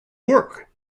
work